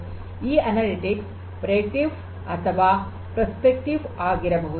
ಈ ಅನಲಿಟಿಕ್ಸ್ ಒಂದು ಮುನ್ಸೂಸಕ ಅಥವಾ ಪ್ರಿಸ್ಕ್ರಿಪ್ಟಿವ್ ಆಗಿರಬಹುದು